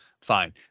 Fine